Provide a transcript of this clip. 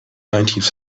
nineteenth